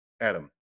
Adam